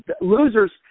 losers